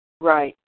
Right